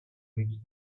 reach